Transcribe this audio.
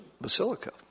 Basilica